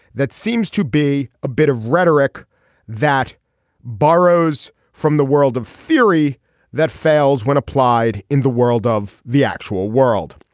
that seems to be a bit of rhetoric that borrows from the world of theory that fails when applied in the world of the actual world.